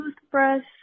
toothbrush